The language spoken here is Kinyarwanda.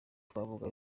twavuga